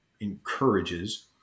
encourages